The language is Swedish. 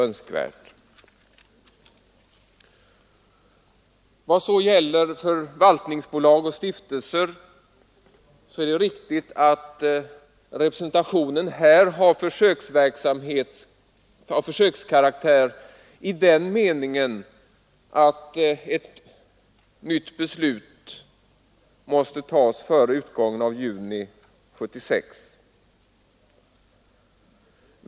I vad så gäller förvaltningsbolag och stiftelser är det riktigt att representationen har försökskaraktär i den meningen att ett nytt beslut måste tas före utgången av juni månad 1976.